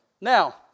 now